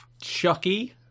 Chucky